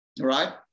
right